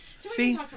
See